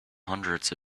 hundreds